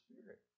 Spirit